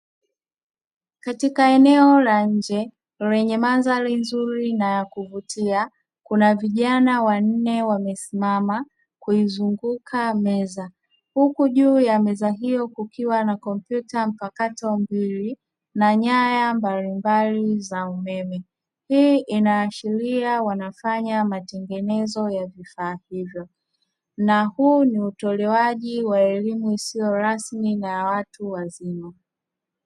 Katika eneo la nje lenye mandhari nzuri na ya kuvutia, kuna vijana wanne wamesimama kuizunguka meza, huku juu ya meza hiyo kukiwa na kompyuta mpakato mbili na nyaya mbalimbali za umeme. Hii inaashiria wanafanya matengenezo ya vifaa hivyo na huu ni utolewaji wa elimu isiyo rasmi na ya watu wazima.